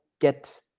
get